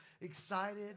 excited